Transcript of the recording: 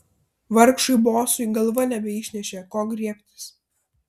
vargšui bosui galva nebeišnešė ko griebtis